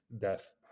death